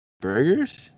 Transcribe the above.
Burgers